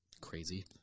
crazy